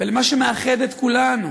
ולמה שמאחד את כולנו,